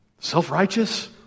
self-righteous